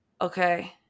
Okay